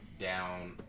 down